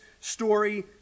story